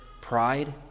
pride